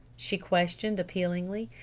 she questioned appealingly.